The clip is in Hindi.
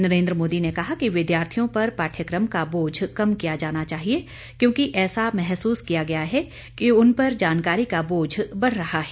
नरेन्द्र मोदी ने कहा कि विद्यार्थियों पर पाठ्यक्रम का बोझ कम किया जाना चाहिए क्योंकि ऐसा महसूस किया गया है कि उन पर जानकारी का बोझ बढ़ रहा है